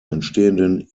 entstehenden